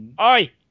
Oi